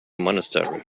monastery